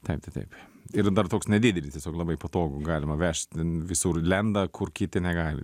taip tai taip ir dar toks nedidelis tiesiog labai patogu galima vežt visur lenda kur kiti negali